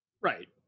right